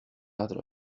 other